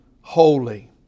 holy